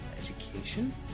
education